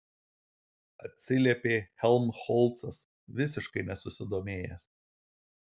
atsiliepė helmholcas visiškai nesusidomėjęs